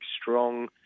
strong